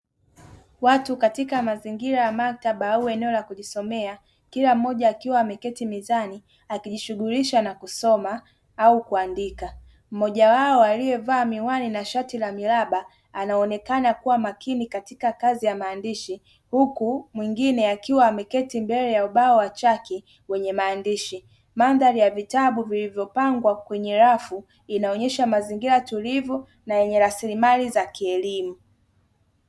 Watu katika mazingira ya maktaba au eneo la kujisomea kila mtu akiwa ameketi mezani akijishughulisha na shughuli ya kusoma au kuandika mmoja wao aliyevaa miwani na shati la miraba anaonekana kuwa makini katika kazi ya maandishi huku mwingine akiwa ameketi mbele ya ubao wa chaki wenye maandishi. Mandhari ya vitabu vilivyopangwa kwenye rafu vinaonyesha mazingira tulivu na yenye rasilimali za kielimu.